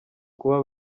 kuba